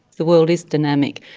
the world is dynamic.